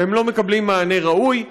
והם לא מקבלים מענה ראוי.